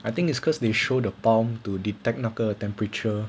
I think it's because they showed the palm to detect 那个 temperature